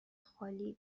خالی